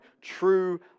true